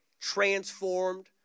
transformed